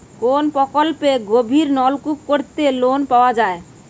কোন প্রকল্পে গভির নলকুপ করতে লোন পাওয়া য়ায়?